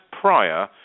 prior